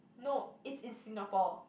no is in Singapore